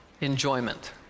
enjoyment